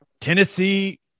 Tennessee